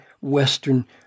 Western